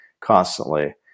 constantly